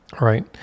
right